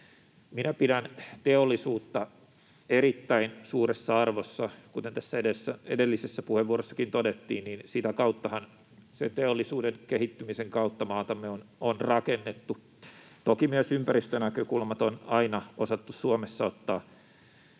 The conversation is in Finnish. Minä pidän teollisuutta erittäin suuressa arvossa, kuten tässä edellisessä puheenvuorossakin todettiin. Sen teollisuuden kehittymisen kautta maatamme on rakennettu. Toki myös ympäristönäkökulmat on aina osattu Suomessa ottaa